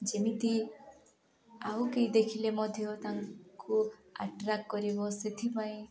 ଯେମିତି ଆଉ କେହି ଦେଖିଲେ ମଧ୍ୟ ତାଙ୍କୁ ଆଟ୍ରାକ୍ଟ କରିବ ସେଥିପାଇଁ